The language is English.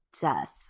death